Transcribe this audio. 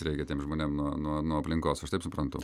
reikia tiem žmonėm nuo nuo nuo aplinkos aš taip suprantu